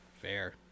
Fair